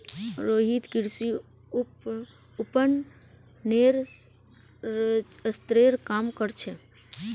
रोहित कृषि विपणनेर क्षेत्रत काम कर छेक